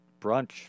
brunch